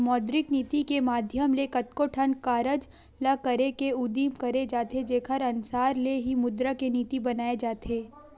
मौद्रिक नीति के माधियम ले कतको ठन कारज ल करे के उदिम करे जाथे जेखर अनसार ले ही मुद्रा के नीति बनाए जाथे